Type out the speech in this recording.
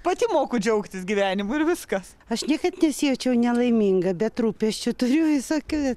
pati moku džiaugtis gyvenimu ir viskas aš niekad nesijaučiau nelaiminga bet rūpesčių turiu visokių